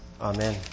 Amen